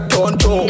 Tonto